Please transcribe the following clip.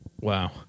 Wow